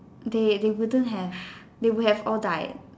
they they wouldn't have they would have all died